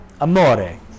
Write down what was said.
Amore